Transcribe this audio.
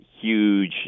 Huge